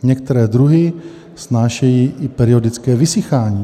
Některé druhy snášejí i periodické vysychání.